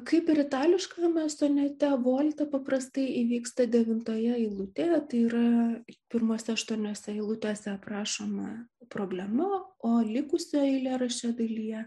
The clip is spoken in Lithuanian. kaip ir itališkame sonete volta paprastai įvyksta devintoje eilutėje tai yra pirmose aštuoniose eilutėse aprašoma problema o likusioje eilėraščio dalyje